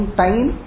time